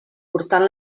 portant